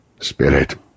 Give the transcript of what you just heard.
Spirit